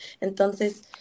Entonces